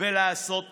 ולעשות מעשה.